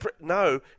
No